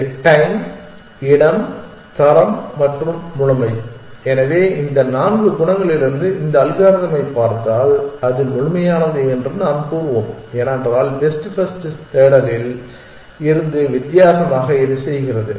இது டைம் இடம் தரம் மற்றும் முழுமை எனவே இந்த நான்கு குணங்களிலிருந்து இந்த அல்காரிதமைப் பார்த்தால் அது முழுமையானது என்று நாம் கூறுவோம் ஏனென்றால் பெஸ்ட் ஃபர்ஸ்ட் தேடலில் இருந்து வித்தியாசமாக இது செய்கிறது